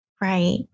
Right